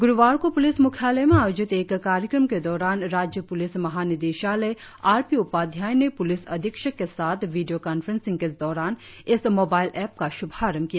ग्रुवार को प्लिस म्ख्यालय में आयोजित एक कार्यक्रम के दौरान राज्य प्लिस महानिदेशालय आर पी उपाध्याय ने प्लिस अधीक्षक के साथ वीडियो कांफ्रेंसिंग के दौरान इस मोबाइल ऐप का श्भारंभ किया